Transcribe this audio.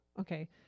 okay